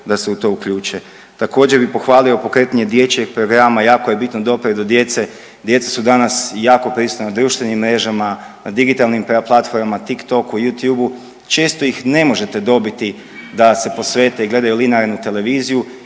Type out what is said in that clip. da se u to uključe. Tako bih pohvalio pokretanje dječjeg programa, jako je bitno da dopre do djece, djeca su danas jako prisutna na društvenim mrežama, na digitalnim platformama, Tik Toku, Youtube, često ih ne možete dobiti da se posvete i gledaju linearnu televiziju